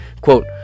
Quote